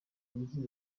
mujyi